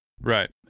right